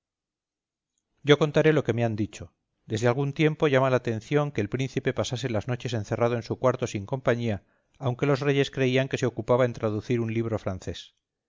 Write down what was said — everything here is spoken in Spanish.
yo contaré lo que me han dicho desde algún tiempo llamaba la atención que el príncipe pasase las noches encerrado en su cuarto sin compañía aunque los reyes creían que se ocupaba en traducir un libro francés